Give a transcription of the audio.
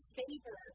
favor